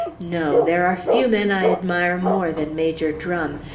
no! there are few men i admire more than major drum,